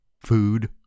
food